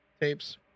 tapes